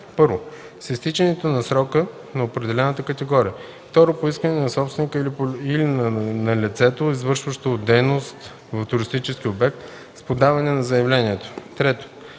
1. с изтичането на срока на определената категория; 2. по искане на собственика или на лицето, извършващо дейност в туристическия обект – с подаване на заявлението; 3.